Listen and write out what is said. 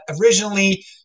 Originally